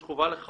יש חובה לחברות